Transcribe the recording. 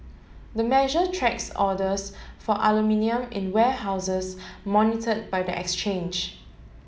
the measure tracks orders for aluminium in warehouses monitored by the exchange